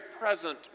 present